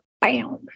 bam